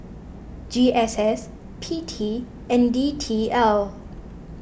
G S S P T and D T L